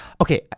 Okay